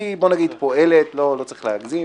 היא, בוא נגיד, פועלת, לא צריך להגזים.